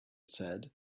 said